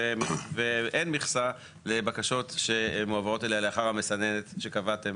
ואין מכסה לבקשות שמועברות אליה לאחר המסננת שקבעתם